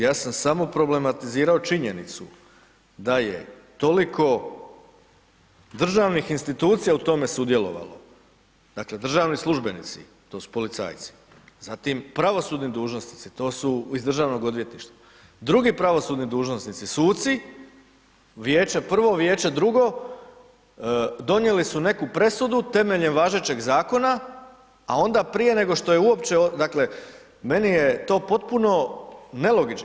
Ja sam samo problematizirao činjenicu da je toliko državnih institucija u tome sudjelovalo, dakle, državni službenici, to su policajci, zatim pravosudni dužnosnici, to su iz Državnog odvjetništva, drugi pravosudni dužnosnici, suci, Vijeće, prvo vijeće, drugo, donijeli su neku presudu temeljem važećeg Zakona, a onda prije nego što je uopće, dakle, meni je to potpuno nelogično.